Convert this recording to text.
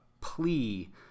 plea